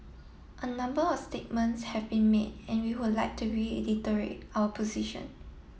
a number of statements have been made and we would like to reiterate our position